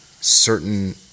certain